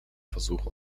versuch